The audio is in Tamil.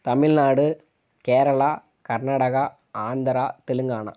தமிழ்நாடு கேரளா கர்நாடகா ஆந்திரா தெலுங்கானா